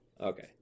Okay